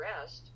rest